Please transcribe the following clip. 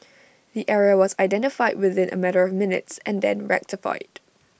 the error was identified within A matter of minutes and then rectified